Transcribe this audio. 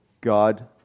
God